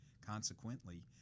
Consequently